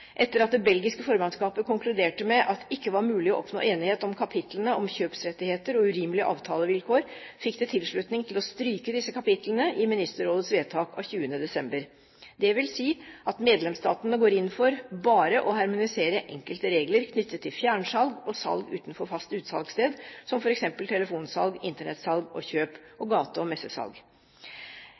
Etter at det belgiske formannskapet konkluderte med at det ikke var mulig å oppnå enighet om kapitlene om kjøpsrettigheter og urimelige avtalevilkår, fikk det tilslutning til å stryke disse kapitlene i Ministerrådets vedtak av 20. desember. Det vil si at medlemsstatene går inn for bare å harmonisere enkelte regler knyttet til fjernsalg og salg utenfor fast utsalgssted, som f.eks. telefonsalg, internettsalg og -kjøp og gate- og messesalg.